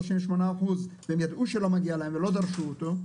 38% והם ידעו שלא מגיע להם ולא דרשו אותו,